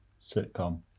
sitcom